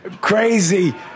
crazy